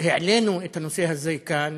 העלינו את הנושא הזה כאן,